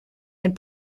and